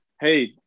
Hey